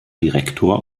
direktor